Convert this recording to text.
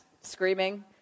screaming